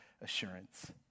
assurance